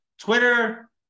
Twitter